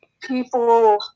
people